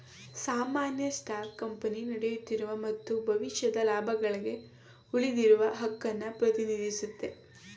ಸಾಮಾನ್ಯ stock company ನಡೆಯುತ್ತಿರುವ ಮತ್ತು ಭವಿಷ್ಯದ ಲಾಭಗಳ್ಗೆ ಉಳಿದಿರುವ ಹಕ್ಕುನ್ನ ಪ್ರತಿನಿಧಿಸುತ್ತೆ